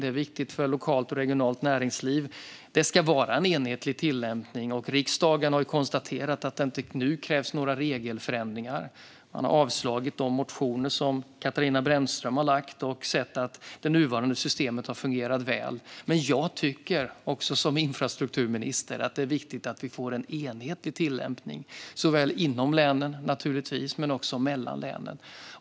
Det är viktigt för lokalt och regionalt näringsliv. Det ska vara en enhetlig tillämpning. Riksdagen har konstaterat att det nu inte krävs några regelförändringar. Man har avslagit de motioner som Katarina Brännström har lagt fram och anser att det nuvarande systemet fungerar väl. Men jag anser som infrastrukturminister att det är viktigt med en enhetlig tillämpning såväl inom länen som mellan länen.